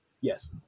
Yes